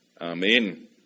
Amen